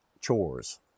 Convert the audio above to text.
chores